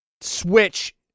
Switch